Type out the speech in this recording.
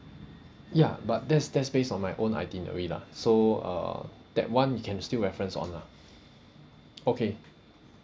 ya but that's that's based on my own itinerary lah so uh that one we can still reference on lah okay